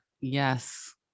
Yes